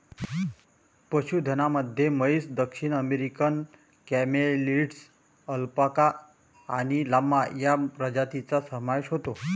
पशुधनामध्ये म्हैस, दक्षिण अमेरिकन कॅमेलिड्स, अल्पाका आणि लामा या प्रजातींचा समावेश होतो